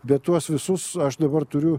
bet tuos visus aš dabar turiu